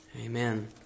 Amen